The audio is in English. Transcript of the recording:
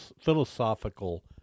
philosophical